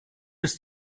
ist